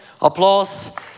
applause